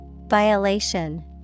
Violation